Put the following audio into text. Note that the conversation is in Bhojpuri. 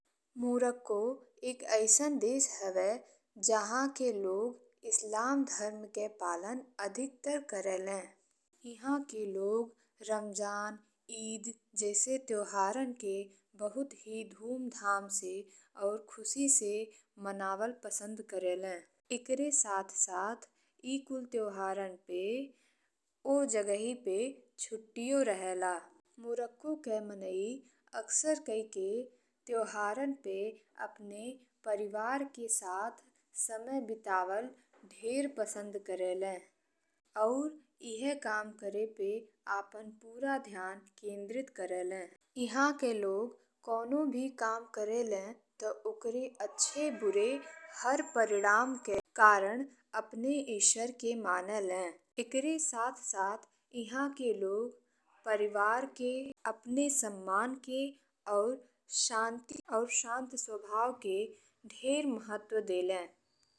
मोरक्को एक अइसन देश हवे जहा के लोग इस्लाम धर्म के पालन अधिकतर करेलें। इहाँ के लोग रमजान, ईद जइसन त्योहारन के बहुत ही धूमधाम से और खुशी से मनावल पसंद करेलें। एकरे साथ साथ ए कुल त्योहारन पे ओह जगहि पे छुट्टियो रहल। मोरक्को के माने अक्सर कई के त्योहारन पे अपने परिवार के साथ समइ बितावल ढेर पसंद करेलें और इहे काम करे पे अपन पूरा ध्यान केंद्रित करेलें। इहाँ के लोग कऊनों भी काम करेलें, ते ओकर अच्छा बुरा हर परिणाम के कारण अपने ईश्वर के मानेलें। एकरे साथ साथ इहाँ के लोग परिवार के, अपने सम्मान के और सांति और शान्त स्वभाव के ढेर महत्व देलें।